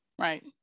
right